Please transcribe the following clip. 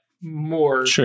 more